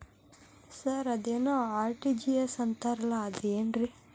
Sir ಅದೇನು RTGS ಅಂತಾರಲಾ ಅದು ಏನ್ರಿ?